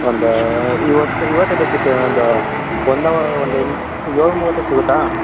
ಒಂದು ಇವತ್ತು ಇವತ್ತೇ ಬೇಕಿತ್ತು ಒಂದು ಒನ್ ಅವರ್ ಒಂದೆಂಟು ಏಳು ಮೂವತ್ತಕ್ಕೆ ಸಿಗುತ್ತಾ